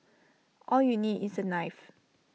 all you need is A knife